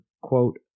quote